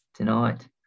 Tonight